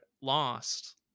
Lost